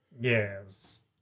Yes